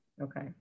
Okay